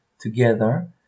together